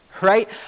right